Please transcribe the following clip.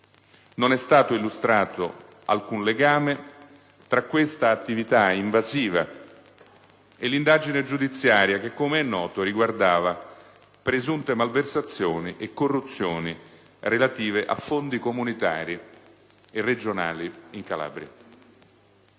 Non è stato illustrato alcun legame tra questa attività invasiva e l'indagine giudiziaria che, com'è noto, riguardava presunte malversazioni e corruzioni relative a fondi comunitari e regionali in Calabria.